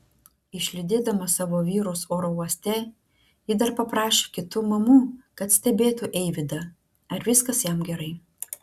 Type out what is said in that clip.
išlydėdama savo vyrus oro uoste ji dar paprašė kitų mamų kad stebėtų eivydą ar viskas jam gerai